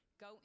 go